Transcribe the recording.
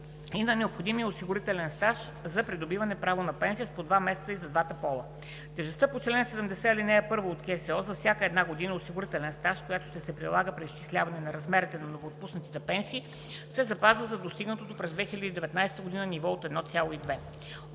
и на необходимия осигурителен стаж за придобиване право на пенсия с по 2 месеца и за двата пола. Тежестта по чл. 70, ал. 1 от Кодекса за социалното осигуряване за всяка една година осигурителен стаж, която ще се прилага при изчисляване на размерите на новоотпуснатите пенсии, се запазва на достигнатото през 2019 г. ниво от 1,2.